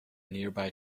nearby